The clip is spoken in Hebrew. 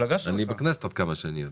אני בכנסת, עד כמה שאני יודע.